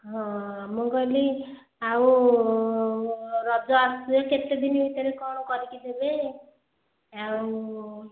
ହଁ ମୁଁ କହିଲି ଆଉ ରଜ ଆସିବ କେତେ ଦିନ ଭିତରେ କ'ଣ କରିକି ଦେବେ ଆଉ